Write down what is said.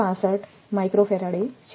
65μF છે